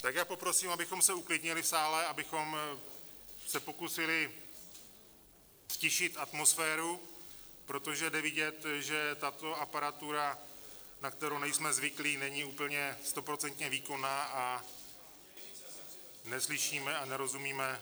Tak já poprosím, abychom se uklidnili v sále, abychom se pokusili ztišit atmosféru, protože je vidět, že tato aparatura, na kterou nejsme zvyklí, není úplně stoprocentně výkonná, a neslyšíme a nerozumíme.